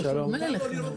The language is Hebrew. הישיבה ננעלה בשעה